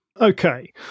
Okay